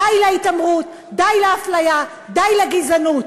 די להתעמרות, די לאפליה, די לגזענות.